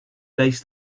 base